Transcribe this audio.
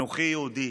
אנוכי יהודי,